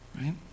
right